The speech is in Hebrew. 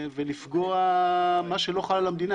ומה שלא חל על המדינה,